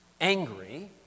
angry